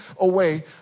away